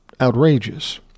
outrageous